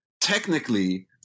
technically